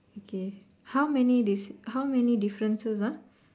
okay how many they say how many differences ah